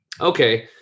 okay